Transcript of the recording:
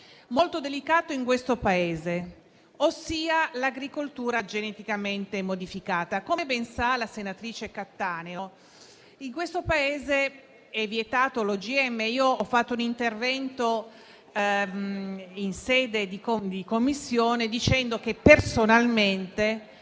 molto delicato in questo Paese, ossia l'agricoltura geneticamente modificata. Come ben sa la senatrice Cattaneo, in questo Paese è vietato l'OGM. Io ho fatto un intervento, in Commissione, dicendo che, personalmente,